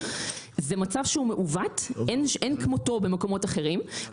זה מצב שהוא מעוות, אין כמותו במקומות אחרים.